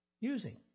using